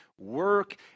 work